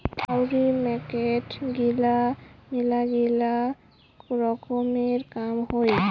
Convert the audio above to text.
কাউরি মার্কেট গিলা মেলাগিলা রকমের কাম হই